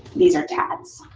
these are tabs.